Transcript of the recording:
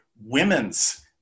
women's